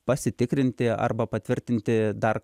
pasitikrinti arba patvirtinti dar